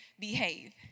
behave